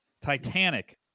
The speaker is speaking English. Titanic